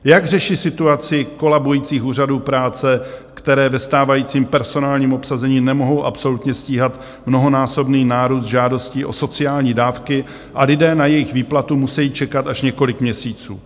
Jak řeší situaci kolabujících úřadů práce, které ve stávajícím personálním obsazení nemohou absolutně stíhat mnohonásobný nárůst žádostí o sociální dávky a lidé na jejich výplatu musejí čekat až několik měsíců?